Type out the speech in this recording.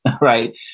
right